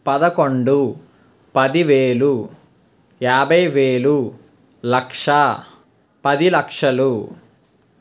పదకొండు పదివేలు యాభై వేలు లక్ష పది లక్షలు